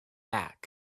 back